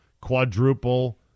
quadruple